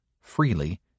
freely